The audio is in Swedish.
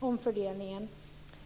omfördelningen.